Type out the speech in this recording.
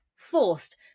forced